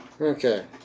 Okay